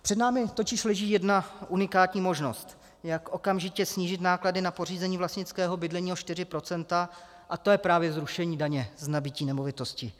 Před námi totiž leží jedna unikátní možnost, jak okamžitě snížit náklady na pořízení vlastnického bydlení o 4 %, a to je právě zrušení daně z nabytí nemovitostí.